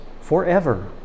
Forever